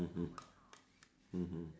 mmhmm mmhmm